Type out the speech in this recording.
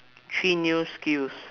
three new skills